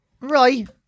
Right